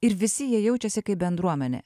ir visi jie jaučiasi kaip bendruomenė